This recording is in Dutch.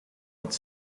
wat